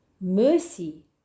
Mercy